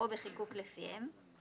או בחיקוק לפיהם,